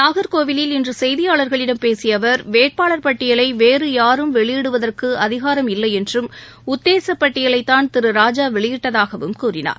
நாகர்கோவில் இன்று செய்தியாளர்களிடம் பேசிய அவர் வேட்பாளர் பட்டியலை வேறு யாரும் வெளியிடுவதற்கு அதிகாரம் இல்லை என்றும் உத்தேச பட்டியலைதான் திரு ராஜா வெளியிட்டதாகவும் கூறினார்